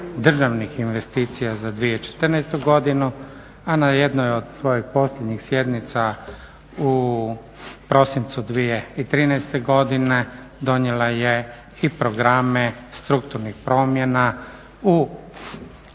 državnih investicija za 2014. godinu. A na jednoj od svojih posljednjih sjednica u prosincu 2013. godine donijela je i programe strukturnih promjena u